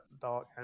Dark